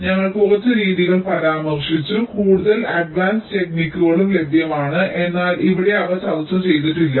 ഞങ്ങൾ കുറച്ച് രീതികൾ പരാമർശിച്ചു കൂടുതൽ അഡ്വാൻസ് ടെക്നിക്കുകളും ലഭ്യമാണ് എന്നാൽ ഇവിടെ ഞങ്ങൾ അവ ചർച്ച ചെയ്തിട്ടില്ല